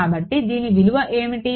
కాబట్టి దీని విలువ ఏమిటి